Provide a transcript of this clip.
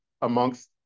amongst